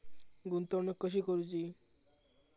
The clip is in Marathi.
गुंतवणूक कशी करूची?